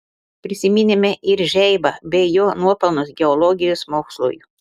prisiminėme ir žeibą bei jo nuopelnus geologijos mokslui